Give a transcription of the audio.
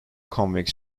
convex